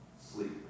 Sleep